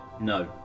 No